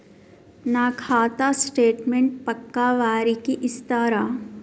నా ఖాతా స్టేట్మెంట్ పక్కా వారికి ఇస్తరా?